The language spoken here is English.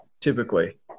typically